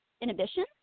inhibition